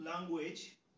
language